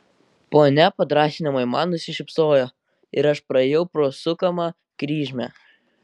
ponia padrąsinamai man nusišypsojo ir aš praėjau pro sukamą kryžmę